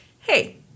hey